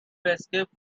escape